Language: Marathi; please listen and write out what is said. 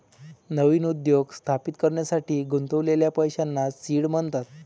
नवीन उद्योग स्थापित करण्यासाठी गुंतवलेल्या पैशांना सीड म्हणतात